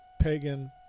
pagan